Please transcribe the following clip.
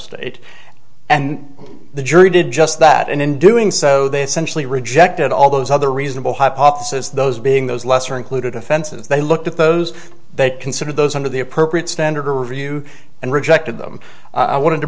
state and the jury did just that and in doing so they essentially rejected all those other reasonable hypothesis those being those lesser included offenses they looked at those they considered those under the appropriate standard or review and rejected them i wanted to